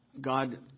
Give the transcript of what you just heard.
God